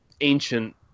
ancient